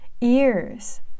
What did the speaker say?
ears